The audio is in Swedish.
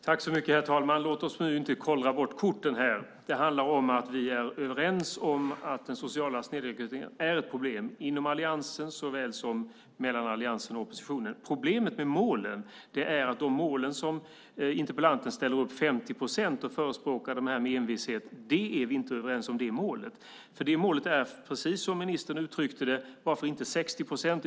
Herr talman! Låt oss inte kollra bort korten här! Det handlar om att vi, såväl i alliansen som mellan alliansen och oppositionen, är överens om att den sociala snedrekryteringen är ett problem. Problemet med målen är att vi inte är överens om det 50-procentsmål som interpellanten sätter upp och med envishet förespråkar. Varför inte - precis som ministern uttryckte det - 60 procent?